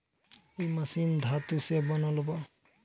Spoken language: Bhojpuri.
इ मशीन धातु से बनल बा